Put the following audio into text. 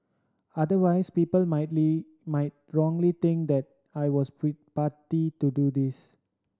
otherwise people might wrongly think that I was party to do this